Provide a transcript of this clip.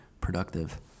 productive